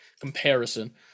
comparison